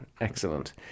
excellent